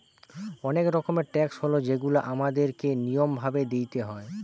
অনেক রকমের ট্যাক্স হয় যেগুলা আমাদের কে নিয়ম ভাবে দিইতে হয়